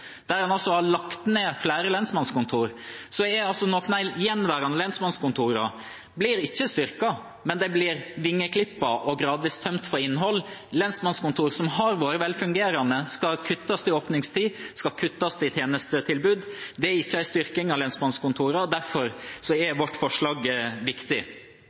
der en har lagt ned flere lensmannskontor, har ikke de gjenværende lensmannskontorene blitt styrket, de blir vingeklippet og gradvis tømt for innhold. På lensmannskontor som har vært velfungerende, skal det kuttes i åpningstid, skal det kuttes i tjenestetilbud. Det er ikke en styrking av lensmannskontorene, og derfor er vårt forslag viktig.